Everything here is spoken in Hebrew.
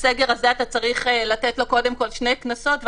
בסגר הזה אתה צריך לתת לו קודם כול שני קנסות,